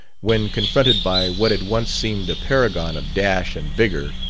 when confronted by what had once seemed a paragon of dash and vigor,